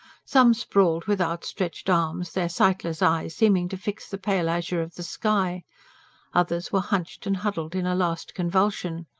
some sprawled with outstretched arms, their sightless eyes seeming to fix the pale azure of the sky others were hunched and huddled in a last convulsion.